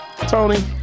Tony